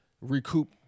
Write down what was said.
recoup